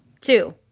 two